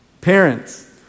Parents